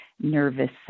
nervous